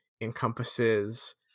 encompasses